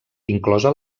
inclosa